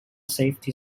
safety